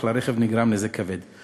אך לרכב נגרם נזק כבד.